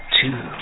two